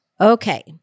Okay